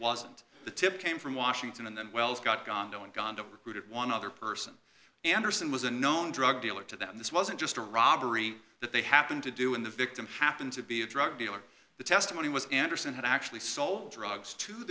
wasn't the tip came from washington and then wells got gondo and gone to recruit one other person anderson was a known drug dealer to them this wasn't just a robbery that they happened to do when the victim happened to be a drug dealer the testimony was anderson had actually sold drugs to